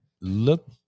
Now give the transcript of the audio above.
look